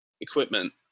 equipment